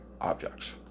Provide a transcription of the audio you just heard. objects